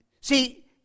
See